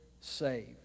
saved